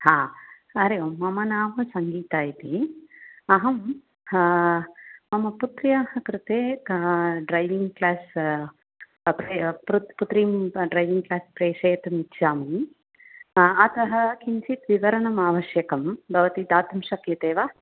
हरि ओम् मम नाम सङ्गीता इति अहं मम पुत्र्याः कृते ड्रैविङ्ग् क्लास् पुत्रीं ड्रैविङ्ग क्लास् प्रेषयतुम् इच्छामि अतः किञ्चित् विवरणम् आवश्यकं भवति दातुं शक्यते वा